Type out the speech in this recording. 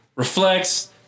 Reflects